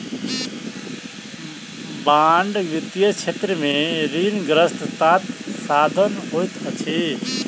bond वित्तीय क्षेत्र में ऋणग्रस्तताक साधन होइत अछि